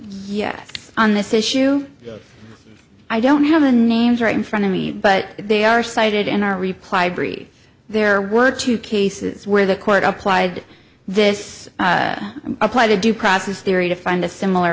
yet on this issue i don't have the names right in front of me but they are cited in our reply brief there were two cases where the court applied this applied to due process theory to find a similar